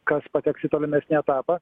kas pateks į tolimesnį etapą